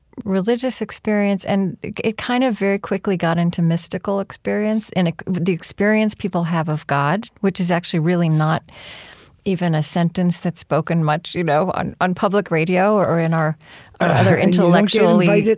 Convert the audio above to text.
religious experience, and it kind of very quickly got into mystical experience, and the experience people have of god, which is actually really not even a sentence that's spoken much you know on on public radio or in our other intellectually,